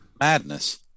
madness